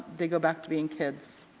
they go back to being kids.